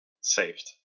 Saved